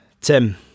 Tim